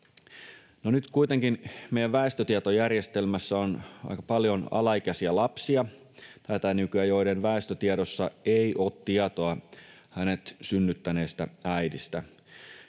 Nyt kuitenkin meidän väestötietojärjestelmässä on aika paljon alaikäisiä lapsia, joiden väestötiedoissa ei ole tietoa hänet synnyttäneestä äidistä.